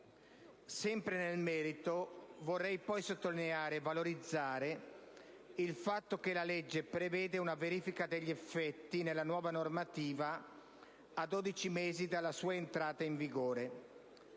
Sempre nel merito, vorrei sottolineare e valorizzare il fatto che la legge prevede una verifica degli effetti della nuova normativa a dodici mesi dalla sua entrata in vigore: